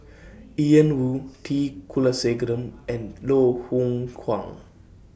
Ian Woo T Kulasekaram and Loh Hoong Kwan